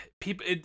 people